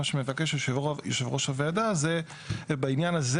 מה שמבקש יושב ראש הוועדה זה בעניין הזה